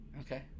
Okay